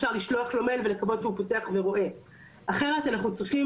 אחרת אנחנו צריכים להסתייע במשרד החוץ כדי לאתר עובדים.